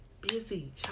busy